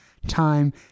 Time